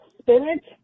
spinach